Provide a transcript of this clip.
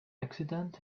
accident